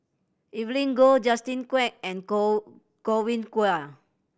Evelyn Goh Justin Quek and God Godwin Koay